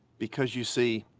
because you see,